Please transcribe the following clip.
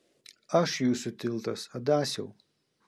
aš jūsų tiltas adasiau